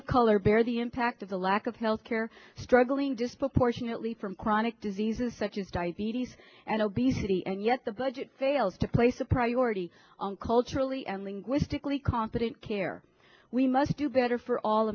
of color bear the impact of the lack of health care struggling disproportionately from chronic diseases such as diabetes and obesity and yet the budget fails to place a priority on culturally and linguistically competent care we must do better for all